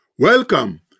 Welcome